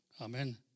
Amen